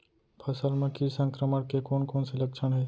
फसल म किट संक्रमण के कोन कोन से लक्षण हे?